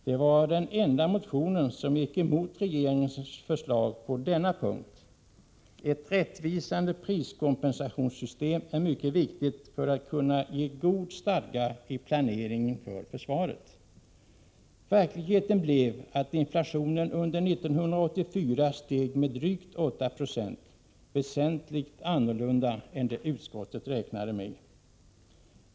Det var den enda motion där man gick emot regeringens förslag på denna punkt. För att kunna ge god stadga i planeringen för försvaret är det mycket viktigt att ha ett rättvisande priskompensationssystem. Verkligheten blev den att inflationen under 1984 steg med drygt 8 26, alltså väsentligt annorlunda än vad utskottet räknade med.